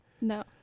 No